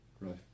Right